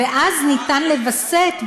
ואז אפשר לווסת,